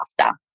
faster